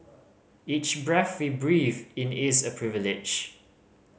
each breath we breathe in is a privilege